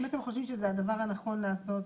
הם ככל הנראה אוכלוסיה 6 מה שנקרא בביטוח הלאומי.